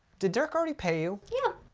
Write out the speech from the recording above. did dirk already pay you? yeah.